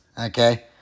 okay